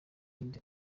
yindi